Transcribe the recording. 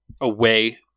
away